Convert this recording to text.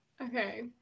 Okay